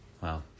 Wow